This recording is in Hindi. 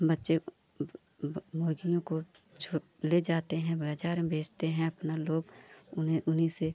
बच्चे बच्चियों को छो ले जाते हैं बाज़ार में बेचते हैं अपना लोग उन्हें उन्हीं से